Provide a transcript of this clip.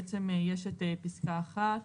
יש את פסקת (1)